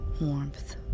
warmth